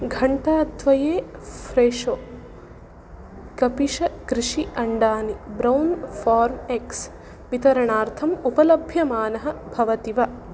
घण्टाद्वये फ्रेशो कपिशकृषि अण्डानि ब्रौन् फार् एग्ग्ज़् वितरणार्थम् उपलभ्यमानः भवति वा